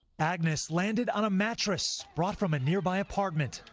agnes landed on a mattress brought from a nearby apartment.